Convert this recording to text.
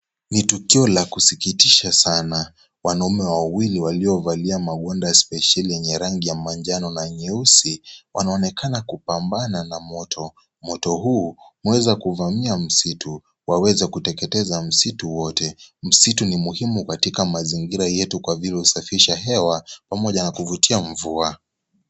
Ni tukio la kusikitisha Sana. Wanaume wawili waliovalia maunda spesheli yenye rangi manjano na nyeusi wanaonekana kupambana na moto. Moto huu umeweza kuvamia msitu kwa kuweza kuteketeza msitu wote. Msitu ni muhimu katika mazingira yetu kwa vile husafishwa hewa pamoja na kuvutia mvua.